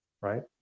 right